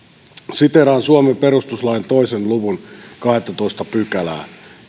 siteeraan suomen perustuslain kahden luvun kahdettatoista pykälää